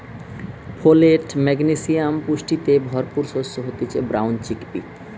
folate, magnesium পুষ্টিতে ভরপুর শস্য হতিছে ব্রাউন চিকপি